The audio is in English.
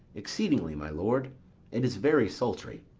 exceedingly, my lord it is very sultry